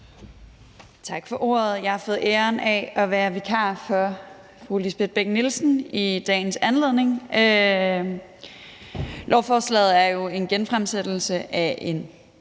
Tak for ordet. Jeg har fået æren af at være vikar for fru Lisbeth Bech-Nielsen i dag. Lovforslaget er jo en genfremsættelse af det